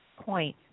point